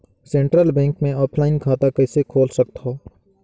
Central bank मे offline खाता कइसे खोल सकथव?